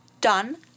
done